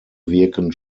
wirken